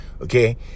Okay